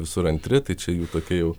visur antri tačiau jų tokia jau